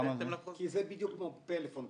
כי זה בדיוק כמו פלאפון,